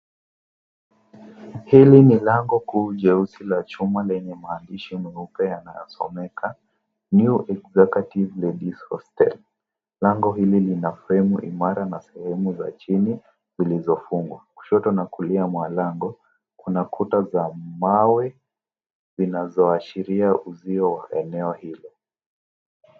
Hili ni lango kuu jeusi la chuma lenye maandishi meupe yanayosomeka New Executive Ladies Hostel . Lango hili lina fremu imara na sehemu za chini zilizofungwa. Kushoto na kulia mwa lango kuna kuta za mawe zinazoashiria uzio wa eneo hilo.